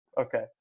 Okay